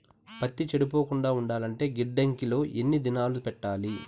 పత్తి చెడిపోకుండా ఉండాలంటే గిడ్డంగి లో ఎన్ని దినాలు పెట్టాలి?